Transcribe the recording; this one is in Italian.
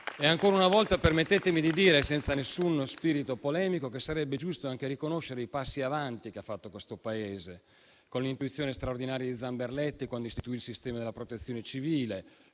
E ancora una volta permettetemi di dire, senza alcuno spirito polemico, che sarebbe giusto anche riconoscere i passi in avanti che ha fatto questo Paese con l'intuizione straordinaria di Zamberletti quando istituì il sistema della Protezione civile,